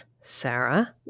Sarah